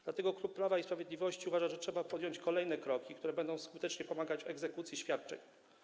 Dlatego klub Prawo i Sprawiedliwość uważa, że trzeba podjąć kolejne kroki, które będą skutecznie pomagać w egzekucji świadczeń.